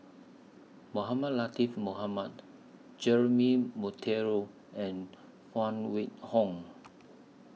Mohamed Latiff Mohamed Jeremy Monteiro and Phan Wait Hong